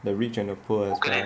the rich and the poor is